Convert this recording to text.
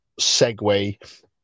segue